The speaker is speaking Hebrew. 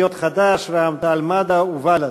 חד"ש, רע"ם-תע"ל-מד"ע ובל"ד.